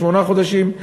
שמונה חודשים.